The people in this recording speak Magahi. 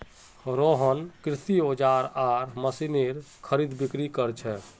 रोहन कृषि औजार आर मशीनेर खरीदबिक्री कर छे